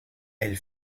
elle